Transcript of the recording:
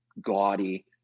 gaudy